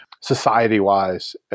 society-wise